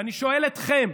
ואני שואל אתכם,